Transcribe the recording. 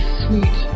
sweet